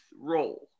role